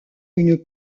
une